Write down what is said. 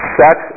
sex